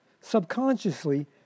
subconsciously